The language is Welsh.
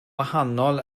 wahanol